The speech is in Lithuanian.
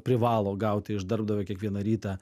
privalo gauti iš darbdavio kiekvieną rytą